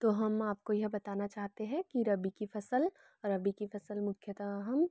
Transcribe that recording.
तो हम आपको यह बताना चाहते हैं कि रबी कि फसल रबी की फसल मुख्यतः हम